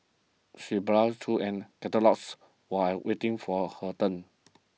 she browsed through an catalogues while waiting for her turn